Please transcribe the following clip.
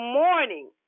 morning